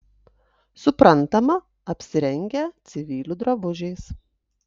suprantama apsirengę civilių drabužiais